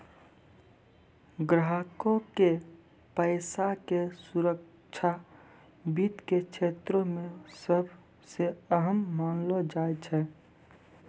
ग्राहको के पैसा के सुरक्षा वित्त के क्षेत्रो मे सभ से अहम मानलो जाय छै